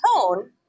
tone